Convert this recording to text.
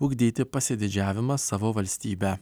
ugdyti pasididžiavimą savo valstybe